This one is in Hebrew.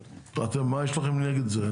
אתם, מה יש לכם נגד זה?